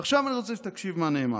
ועכשיו אני רוצה שתקשיב מה נאמר.